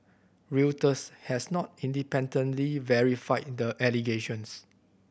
Reuters has not independently verified the allegations